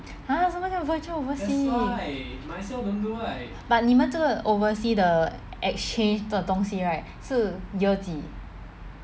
!huh! 什么叫 virtual overseas but 你们这个 overseas 的 exchange 的东西 right 是 year 几